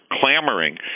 clamoring